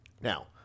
Now